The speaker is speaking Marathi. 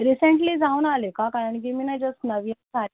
रिसेंटली जाऊन आले का कारण की मी न जस्ट नवीन सा